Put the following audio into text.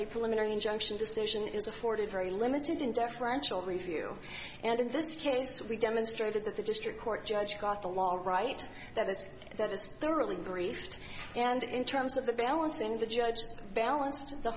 a preliminary injunction decision is afforded very limited in deferential review and in this case we demonstrated that the district court judge got the law right that was that was thoroughly briefed and in terms of the balance in the judge balanced the